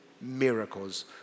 miracles